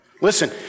Listen